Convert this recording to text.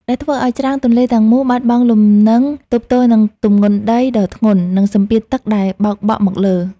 ដែលធ្វើឱ្យច្រាំងទន្លេទាំងមូលបាត់បង់លំនឹងទប់ទល់នឹងទម្ងន់ដីដ៏ធ្ងន់ និងសម្ពាធទឹកដែលបោកបក់មកលើ។